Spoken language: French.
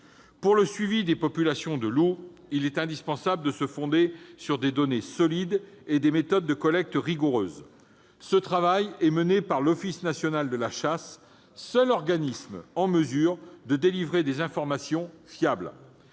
Pour le suivi des populations de loups, il est indispensable de se fonder sur des données solides et des méthodes de collecte rigoureuses. Ce travail est mené par l'Office national de la chasse et de la faune sauvage, seul organisme en mesure de délivrer des informations fiables.